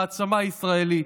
מעצמה ישראלית.